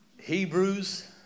Hebrews